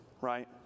right